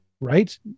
right